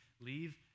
leave